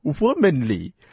womanly